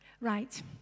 Right